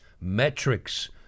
metrics